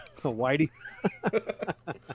Whitey